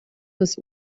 bis